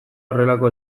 horrelako